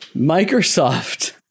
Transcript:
Microsoft